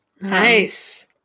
Nice